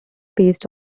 based